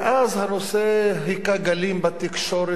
ואז הנושא הכה גלים בתקשורת.